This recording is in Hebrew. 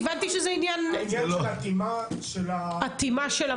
זה עניין זה אטימה של המסכות.